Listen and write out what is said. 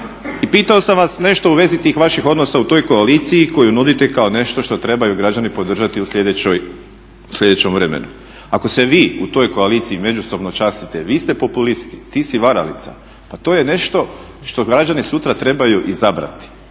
I pitao sam vas nešto u vezi tih vaših odnosa u toj koaliciji koju nudite kao nešto što trebaju građani podržati u sljedećem vremenu. Ako se vi u toj koaliciji međusobno častite, vi ste populisti, ti si varalica, pa to je nešto što građani sutra trebaju izabrati.